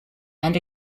and